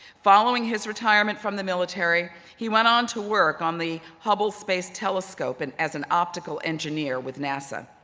following his retirement from the military, he went on to work on the hubble space telescope and as an optical engineer with nasa,